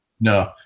No